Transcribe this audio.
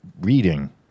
reading